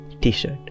t-shirt